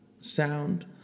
sound